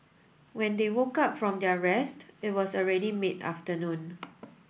when they woke up from their rest it was already mid afternoon